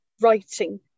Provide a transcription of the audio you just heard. writing